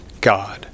God